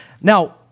Now